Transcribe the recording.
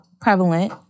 Prevalent